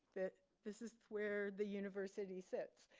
that this is where the university sits.